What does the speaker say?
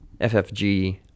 FFG